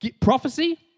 Prophecy